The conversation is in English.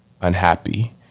unhappy